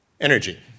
Energy